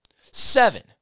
Seven